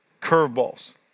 curveballs